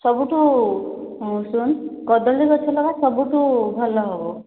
ସବୁଠୁ ଶୁନ୍ କଦଳି ଗଛ ଲଗା ସବୁଠୁ ଭଲ ହେବ